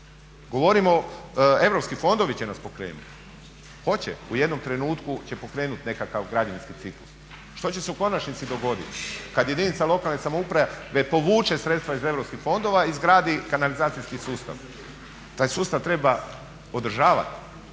Govorimo europski fondovi će nas pokrenuti. Hoće, u jednom trenutku će pokrenuti nekakav građevinski ciklus. Što će se u konačnici dogoditi kad jedinica lokalne samouprave povuče sredstva iz europskih fondova i izgradi kanalizacijski sustav? Taj sustav treba održavati,